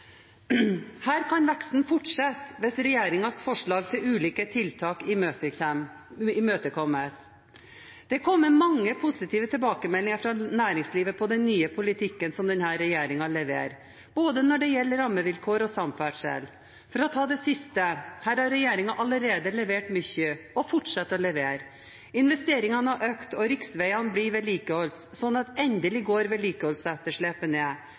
Her kan veksten fortsette hvis regjeringens forslag til ulike tiltak imøtekommes. Det er kommet mange positive tilbakemeldinger fra næringslivet på den nye politikken som denne regjeringen leverer, når det gjelder både rammevilkår og samferdsel. For å ta det siste: Her har regjeringen allerede levert mye, og fortsetter å levere. Investeringene har økt, og riksveiene blir vedlikeholdt, slik at endelig går vedlikeholdsetterslepet ned.